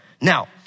Now